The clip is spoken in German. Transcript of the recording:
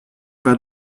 über